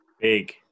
Big